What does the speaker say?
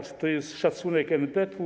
Czy to jest szacunek NBP-u?